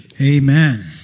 Amen